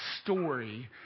story